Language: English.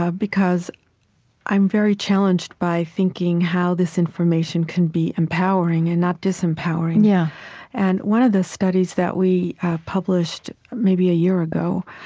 ah because i'm very challenged by thinking how this information can be empowering and not disempowering. yeah and one of the studies that we published, maybe a year ago,